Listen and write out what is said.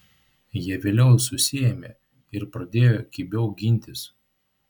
jie vėliau susiėmė ir pradėjo kibiau gintis